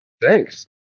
Thanks